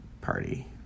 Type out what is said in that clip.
party